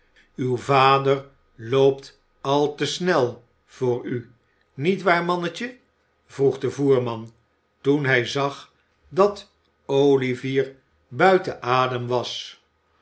uw vader loopt al te snel voor u niet waar mannetje vroeg de voerman toen hij zag dat olivier buiten adem was